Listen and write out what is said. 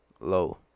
low